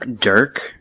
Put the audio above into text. Dirk